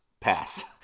pass